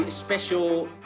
special